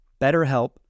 BetterHelp